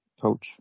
coach